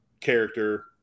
character